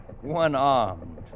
one-armed